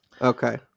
Okay